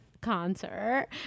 concert